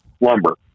lumber